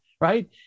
right